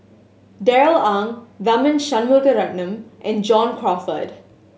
Darrell Ang Tharman Shanmugaratnam and John Crawfurd